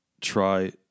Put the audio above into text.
try